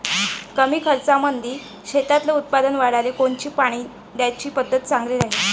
कमी खर्चामंदी शेतातलं उत्पादन वाढाले कोनची पानी द्याची पद्धत चांगली राहीन?